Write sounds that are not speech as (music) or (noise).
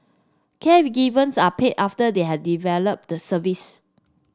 (unintelligible) are paid after they have developed the service